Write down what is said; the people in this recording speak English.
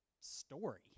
story